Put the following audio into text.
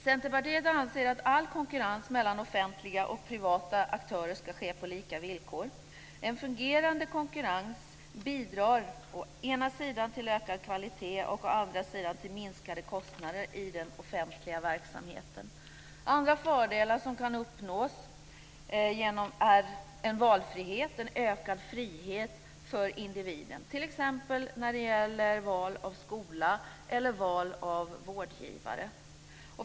Centerpartiet anser att all konkurrens mellan offentliga och privata aktörer ska ske på lika villkor. En fungerande konkurrens bidrar å ena sidan till ökad kvalitet och å andra sidan till minskade kostnader i den offentliga verksamheten. Andra fördelar som kan uppnås är en valfrihet, en ökad frihet för individen, t.ex. när det gäller val av skola eller val av vårdgivare.